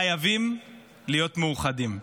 חייבים להיות מאוחדים.